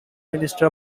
ministry